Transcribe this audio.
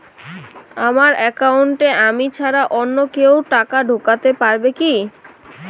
আমার একাউন্টে আমি ছাড়া অন্য কেউ টাকা ঢোকাতে পারবে কি?